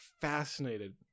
fascinated